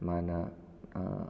ꯃꯥꯅ